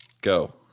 Go